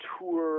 tour